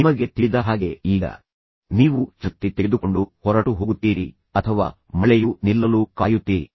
ನಿಮಗೆ ತಿಳಿದ ಹಾಗೆ ಈಗ ನೀವು ಛತ್ರಿ ತೆಗೆದುಕೊಂಡು ಹೊರಟು ಹೋಗುತ್ತೀರಿ ಅಥವಾ ಮಳೆಯು ನಿಲ್ಲಲು ಕಾಯುತ್ತೀರಿ